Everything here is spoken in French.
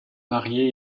marié